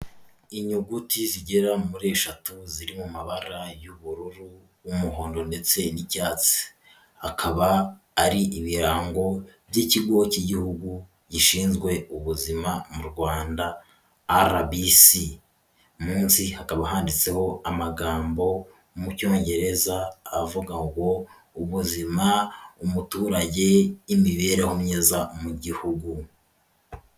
Inyuguti zigera muri eshatu ziri mu mabara y'ubururu, umuhondo ndetse n'icyatsi hakaba ari ibirango by'ikigo cy'igihugu gishinzwe ubuzima mu Rwanda rbc munsi hakaba handitseho amagambo mu cyongereza avuga ngo ubuzima umuturage imibereho myiza mu gihugu.